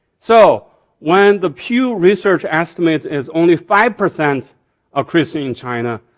so when the pew research estimate is only five percent of christian in china,